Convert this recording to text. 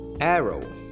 arrow